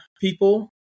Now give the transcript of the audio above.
people